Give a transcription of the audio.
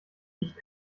nicht